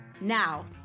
Now